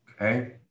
okay